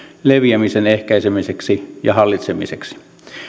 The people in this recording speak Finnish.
leviämisen ehkäisemiseksi ja hallitsemiseksi